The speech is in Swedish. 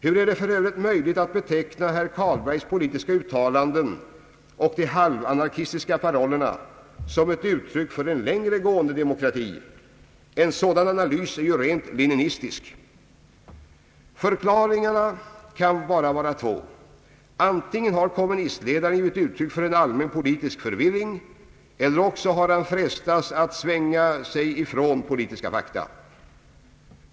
Hur är det för övrigt möjligt att beteckna herr Carlbergs politiska uttalanden i fråga om parlamentarismen som ett uttryck för en längre gående demokrati? En sådan analys är ju rent leninistisk! Förklaringarna kan bara vara två — antingen har kommunistledaren givit uttryck för en allmän politisk förvirring, eller också har han frestats att svänga sig ifrån politiska fakta.